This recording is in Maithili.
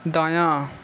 दायाँ